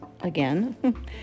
again